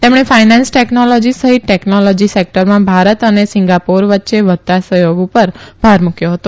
તેમણે finance technology સહિત technology સેકટરમાં ભારત અને સીંગાપોર વચ્ચે વઘતા સહયોગ ઉપર ભાર મુકયો હતો